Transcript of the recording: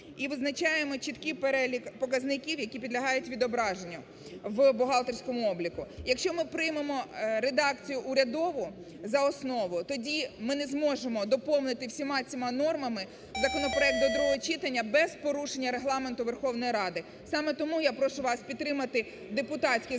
І визначаємо чіткий перелік показників, які підлягають відображенню в бухгалтерському обліку. Якщо ми приймемо редакцію урядову за основу, тоді ми не зможемо доповнити всіма цими нормами законопроект до другого читання без порушення Регламенту Верховної Ради. Саме тому я прошу вас підтримати депутатський законопроект